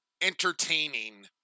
entertaining